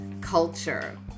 culture